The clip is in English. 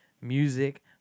music